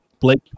Blake